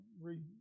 read